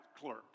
clerk